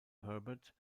herbert